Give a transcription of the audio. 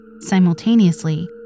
Simultaneously